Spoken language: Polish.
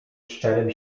szczerym